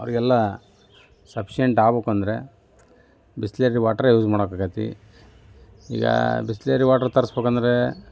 ಅವ್ರಿಗೆಲ್ಲ ಸಫಶಿಯಂಟ್ ಆಗಬೇಕು ಅಂದರೆ ಬಿಸ್ಲೇರಿ ವಾಟರೇ ಯೂಸ್ ಮಾಡಬೇಕಾಗೈತಿ ಈಗ ಬಿಸ್ಲೇರಿ ವಾಟರ್ ತರಿಸ್ಬೇಕಂದ್ರೆ